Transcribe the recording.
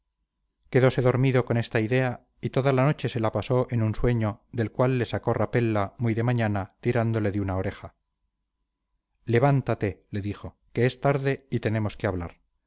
quedose dormido con esta idea y toda la noche se la pasó en un sueño del cual le sacó rapella muy de mañana tirándole de una oreja levántate le dijo que es tarde y tenemos que hablar